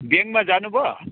ब्याङ्कमा जानु भयो